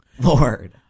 Lord